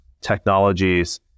technologies